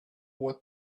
what